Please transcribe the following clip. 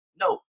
No